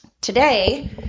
Today